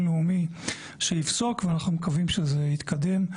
למומחה בין-לאומי שיפסוק ואנחנו מקווים שזה יתקדם.